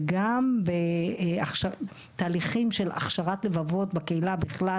וגם בתהליכים של הכשרת לבבות בקהילה בכלל